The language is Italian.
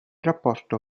rapporto